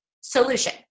Solution